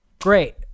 Great